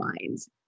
minds